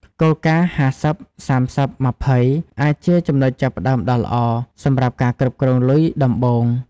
គោលការណ៍ 50/30/20 អាចជាចំណុចចាប់ផ្តើមដ៏ល្អ សម្រាប់ការគ្រប់គ្រងលុយដំបូង។